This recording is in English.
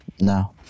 No